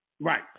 right